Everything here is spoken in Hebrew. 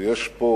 יש פה